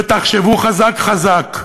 ותחשבו חזק חזק.